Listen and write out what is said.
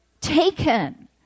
taken